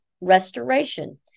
Restoration